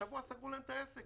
השבוע סגרו להם את העסק.